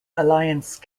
alliance